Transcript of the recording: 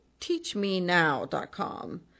teachmenow.com